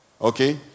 okay